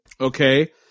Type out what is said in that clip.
okay